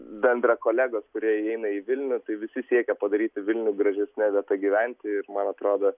bendrą kolegos kurie įeina į vilnių tai visi siekia padaryti vilnių gražesne vieta gyventi ir man atrodo